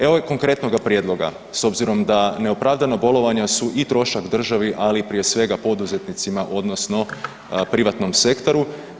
Evo i konkretnoga prijedloga s obzirom da neopravdana bolovanja su i trošak države ali prije svega poduzetnicima odnosno privatnom sektoru.